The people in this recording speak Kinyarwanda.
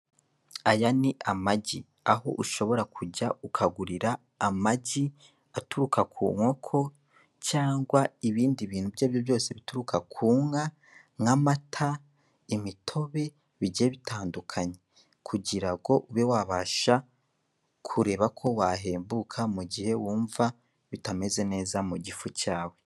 Aya ni amagi aho ushobora kujya ukagurira amagi aturuka ku nkoko cyangwa ibindi bintu ibyo ari byo byose bituruka ku nka nk'amata, imitobe bigiye bitandukanye, kugira ngo ube wabasha kureba ko wahembuka mu gihe wumva bitameze neza mu gifu cyawe.